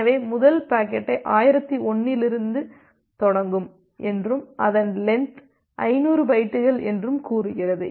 எனவே முதல் பாக்கெட் 1001 இலிருந்து தொடங்கும் என்றும் அதன் லென்த் 50 பைட்டுகள் என்றும் கூறுகிறது